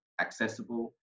accessible